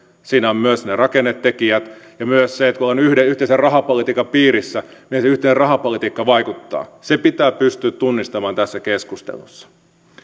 siinä ovat myös ne rakennetekijät ja myös se että kun ollaan yhteisen rahapolitiikan piirissä niin miten se yhteinen rahapolitiikka vaikuttaa se pitää pystyä tunnistamaan tässä keskustelussa